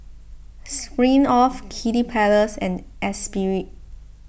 Smirnoff Kiddy Palace and Espirit